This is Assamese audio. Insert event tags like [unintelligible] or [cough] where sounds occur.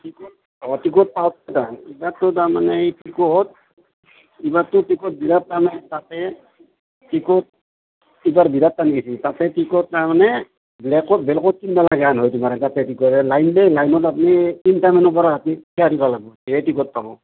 [unintelligible] লাইন বাই লাইনত আপনি তিনিটা মানৰ পৰা ৰাতি থিয় দিব লাগিব তেতিয়াহে টিকট পাব